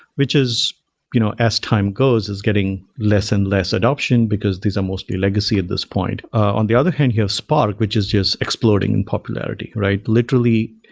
which you know as time goes is getting less and less adaption, because these are mostly legacy at this point. on the other hand you have spark, which is just exploding in popularity, right? literally,